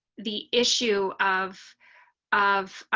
the issue of of